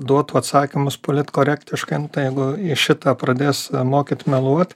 duotų atsakymus politkorektiškai nu tai jeigu į šitą pradės mokyt meluot